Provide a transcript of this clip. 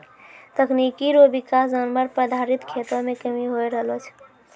तकनीकी रो विकास जानवर पर आधारित खेती मे कमी होय रहलो छै